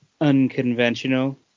unconventional